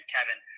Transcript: Kevin